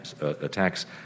attacks